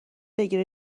بگیره